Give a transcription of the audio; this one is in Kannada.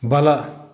ಬಲ